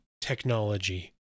technology